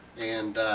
and